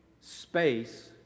space